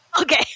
Okay